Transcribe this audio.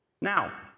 Now